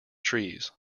trees